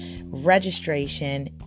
registration